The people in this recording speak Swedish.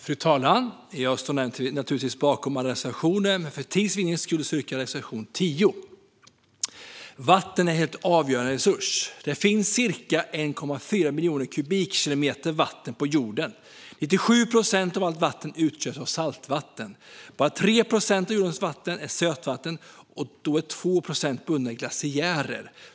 Fru talman! Jag står naturligtvis bakom alla reservationer, men för tids vinnande yrkar jag bifall endast till reservation 10. Vatten är en helt avgörande resurs. Det finns ca 1,4 miljoner kubikkilometer vatten på jorden. 97 procent av allt vatten utgörs av saltvatten. Bara 3 procent av jordens vatten är sötvatten, och då är 2 procent under glaciärer.